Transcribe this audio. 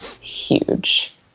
huge